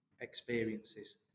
experiences